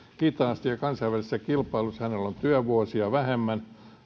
hitaasti ja kansainvälisessä kilpailussa hänellä on työvuosia vähemmän